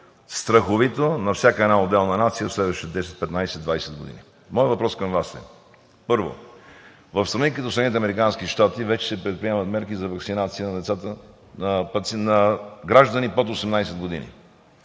страховито на всяка една отделна нация в следващите 10-15-20 години. Моят въпрос към Вас е. Първо, в страни като Съединените американски щати вече се предприемат мерки за ваксинация на граждани под 18 години.